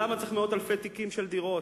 למה צריך מאות אלפי תיקים של דירות?